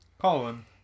Colin